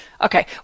Okay